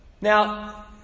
now